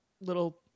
little